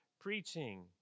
preaching